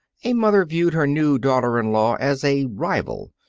a mother viewed her new daughter-in-law as a rival,